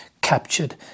captured